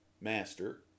master